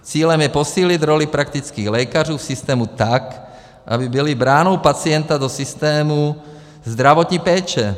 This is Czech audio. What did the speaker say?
Cílem je posílit roli praktických lékařů v systému tak, aby byli branou pacienta do systému zdravotní péče.